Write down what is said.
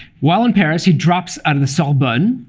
while in paris, he drops out of the sorbonne,